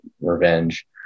revenge